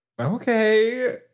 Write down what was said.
Okay